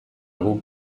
guk